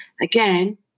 again